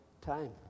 time